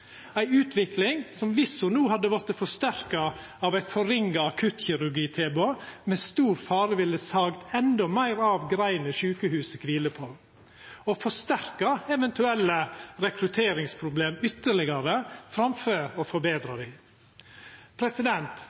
ei utvikling som, viss ho no hadde vorte forsterka av eit ringare akuttkirurgitilbod, det er stor fare for at ville saga endå meir av greina sjukehuset kviler på, og forsterka eventuelle rekrutteringsproblem ytterlegare framfor å forbetra dei.